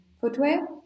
footwear